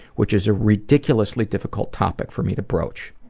which is a ridiculously difficult topic for me to broach.